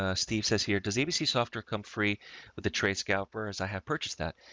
ah steve says here does abc software come free with the trace galper as i have purchased that,